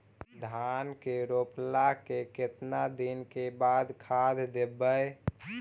धान के रोपला के केतना दिन के बाद खाद देबै?